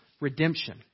redemption